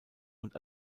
und